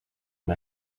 and